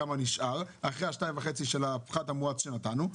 אחרי ה-2.5 של הפחת המואץ שנתנו.